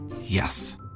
Yes